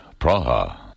Praha